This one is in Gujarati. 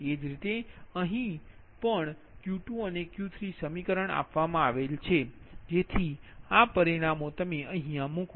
એ જ રીતે અહીં પણ Q2અને Q3 સમીકરણ આપવામાં આવેલ છેજેથી આ પરિમાણો અહીં મૂકો